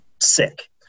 sick